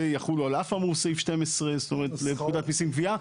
זה יחול על אף האמור בסעיף 12 לפקודת מיסים (גבייה).